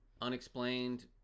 Unexplained